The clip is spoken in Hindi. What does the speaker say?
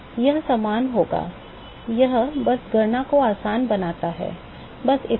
यह समान होगा यह बस गणना को आसान बनाता है बस इतना ही